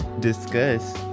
Discuss